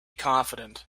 confident